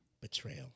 Betrayal